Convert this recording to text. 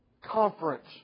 conference